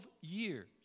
years